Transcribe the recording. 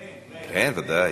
ברן, ודאי.